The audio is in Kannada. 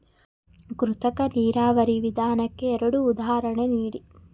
ಕೃತಕ ನೀರಾವರಿ ವಿಧಾನಕ್ಕೆ ಎರಡು ಉದಾಹರಣೆ ನೀಡಿ?